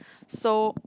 so